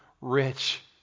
rich